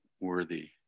worthy